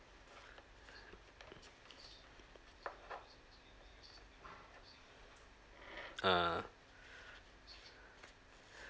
ah